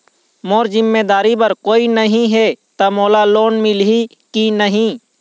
मोर जिम्मेदारी बर कोई नहीं हे त मोला लोन मिलही की नहीं?